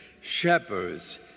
shepherds